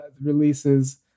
releases